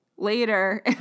Later